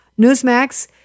Newsmax